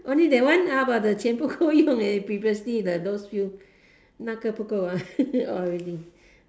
only that one how about the 钱不够用 and previously the those few 那个不够 ah already